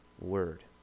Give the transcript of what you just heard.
word